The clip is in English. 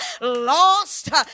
lost